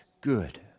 good